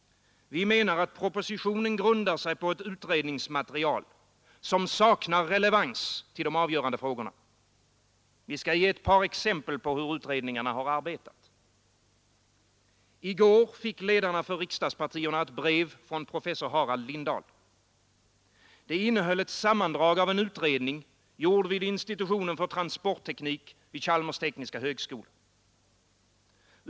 Vi menar att propositionen grundar sig på ett utredningsmaterial, som saknar relevans för de avgörande frågorna. Vi skall ge ett par exempel på hur utredningarna arbetat. I går fick ledarna för riksdagspartierna ett brev från professor Harald Lindahl. Det innehöll ett sammandrag av en utredning gjord vid institutionen för transportteknik vid Chalmers tekniska högskola.